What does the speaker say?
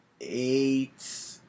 eight